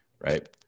Right